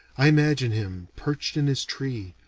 i imagine him, perched in his tree,